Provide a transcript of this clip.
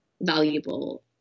valuable